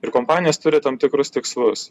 ir kompanijos turi tam tikrus tikslus